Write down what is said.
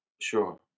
Sure